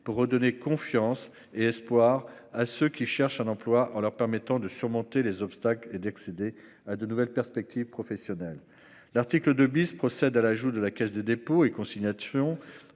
pour redonner confiance et espoir à ceux qui cherchent un emploi, en leur permettant de surmonter les obstacles et d'accéder à de nouvelles perspectives professionnelles. L'article 2 procède à l'ajout de la Caisse des dépôts et consignations,